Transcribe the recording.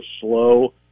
slow